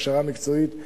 הכשרה מקצועית,